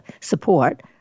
support